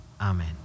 amen